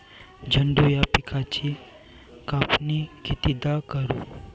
झेंडू या पिकाची कापनी कितीदा करू?